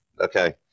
Okay